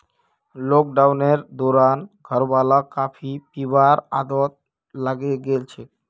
लॉकडाउनेर दौरान घरवालाक कॉफी पीबार आदत लागे गेल छेक